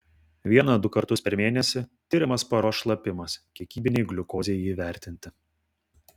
vieną du kartus per mėnesį tiriamas paros šlapimas kiekybinei gliukozei įvertinti